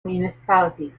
municipalities